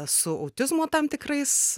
su autizmo tam tikrais